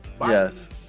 yes